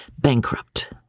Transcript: bankrupt